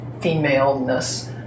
femaleness